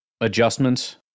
adjustments